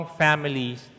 families